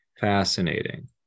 fascinating